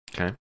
Okay